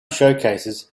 showcases